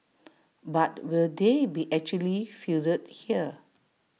but will they be actually fielded here